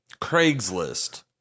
Craigslist